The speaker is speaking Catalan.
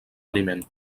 aliment